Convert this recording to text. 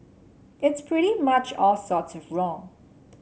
it's pretty much all sorts of wrong